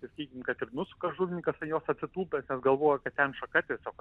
sakykim kad ir nusuka žuvininkas galvoja ten šaka tiesiog